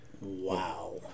Wow